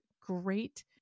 great